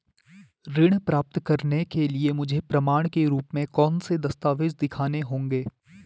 ऋण प्राप्त करने के लिए मुझे प्रमाण के रूप में कौन से दस्तावेज़ दिखाने होंगे?